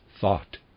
thought